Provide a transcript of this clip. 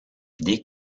des